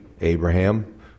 Abraham